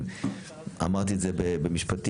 אני אמרתי את זה במשפטים,